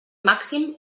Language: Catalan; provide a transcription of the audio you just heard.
màxim